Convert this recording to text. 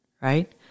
right